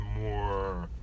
more